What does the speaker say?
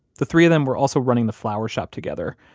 the three of them were also running the flower shop together,